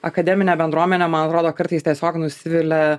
akademinė bendruomenė man atrodo kartais tiesiog nusivilia